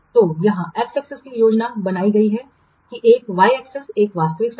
तो यहाँ x axis की योजना बनाई गई है एक y axis इस वास्तविक समय